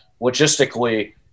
logistically